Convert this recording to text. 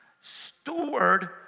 steward